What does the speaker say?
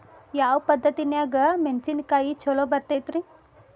ಯಾವ ಪದ್ಧತಿನ್ಯಾಗ ಮೆಣಿಸಿನಕಾಯಿ ಛಲೋ ಬೆಳಿತೈತ್ರೇ?